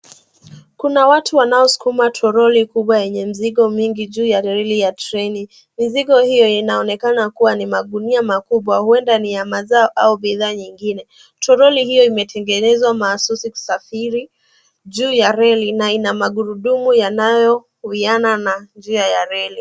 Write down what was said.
Kuna watu wanaosukuma toroli kubwa yenye mizigo mingi juu reli ya treni. Mizigo hiyo inaonekana kuwa ni magunia makubwa huenda ni ya mazao au bidhaa nyingine. Toroli hiyo imetengenezwa mahususi kusafiri juu ya reli na ina magurudumu yanayowiana na njia ya reli